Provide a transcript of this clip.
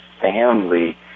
family